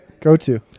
go-to